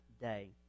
day